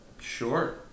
Sure